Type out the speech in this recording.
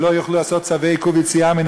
שלא יוכלו לעשות צווי עיכוב יציאה מן